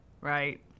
right